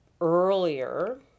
earlier